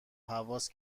هواس